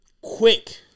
Quick